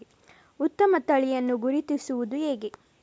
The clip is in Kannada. ಉತ್ತಮ ತಳಿಯನ್ನು ಗುರುತಿಸುವುದು ಹೇಗೆ?